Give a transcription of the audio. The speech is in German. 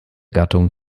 gattung